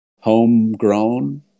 homegrown